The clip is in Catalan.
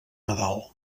nadal